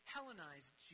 Hellenized